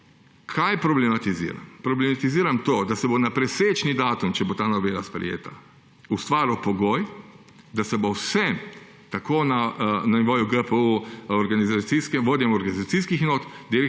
Kaj problematiziram? Problematiziram to, da se bo na presečni datum, če bo ta novela sprejeta, ustvaril pogoj, da bo vsem, tako na nivoju GPU, vodjem organizacijskih enot,